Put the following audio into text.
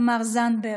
חברת הכנסת תמר זנדברג,